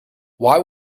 why